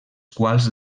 quals